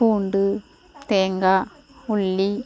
பூண்டு தேங்காய் உள்ளி